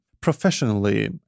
professionally